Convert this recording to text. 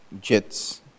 jets